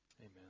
Amen